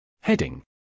Heading